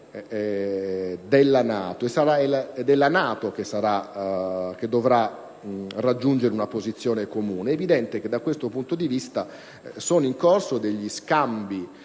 quest'ultima che dovrà raggiungere una posizione comune. È evidente che, da questo punto di vista, sono in corso scambi